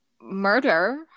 Murder